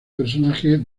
personaje